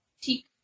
Teak